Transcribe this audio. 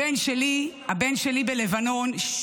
הבן שלי בלבנון --- מיכל,